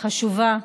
חשובה,